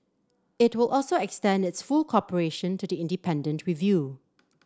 it will also extend its full cooperation to the independent review